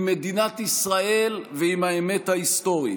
עם מדינת ישראל ועם האמת ההיסטורית.